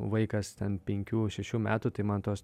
vaikas ten penkių šešių metų tai man tos